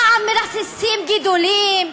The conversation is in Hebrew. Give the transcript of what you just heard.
פעם מרססים גידולים,